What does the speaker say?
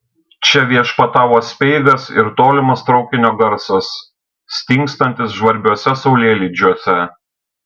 čia viešpatavo speigas ir tolimas traukinio garsas stingstantis žvarbiuose saulėlydžiuose